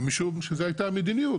משום שזו הייתה המדיניות,